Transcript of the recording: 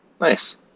Nice